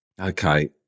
Okay